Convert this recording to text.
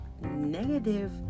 negative